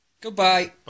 Goodbye